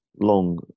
Long